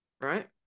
right